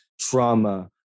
trauma